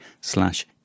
slash